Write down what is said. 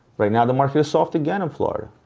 right now the market is soft again in florida,